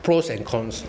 pros and cons